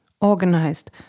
organized